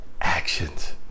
actions